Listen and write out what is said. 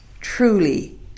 truly